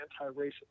anti-racist